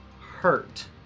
hurt